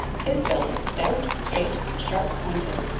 his bill is stout, straight and sharp pointed.